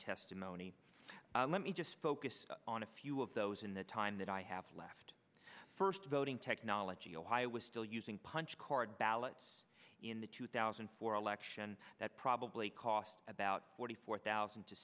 testimony let me just focus on a few of those in the time that i have left first voting technology so i was still using punch card ballots in the two thousand and four election that probably cost about forty four thousand to